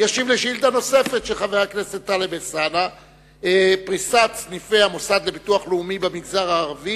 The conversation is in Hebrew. הילדים שהוצאו מהבית בצו בית-המשפט שניתן על-פי בקשת שירותי הרווחה.